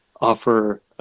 offer